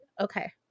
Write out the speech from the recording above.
okay